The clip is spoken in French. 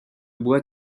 bois